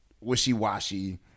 wishy-washy